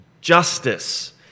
justice